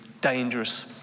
dangerous